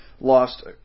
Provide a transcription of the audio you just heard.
lost